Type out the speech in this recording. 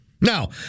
Now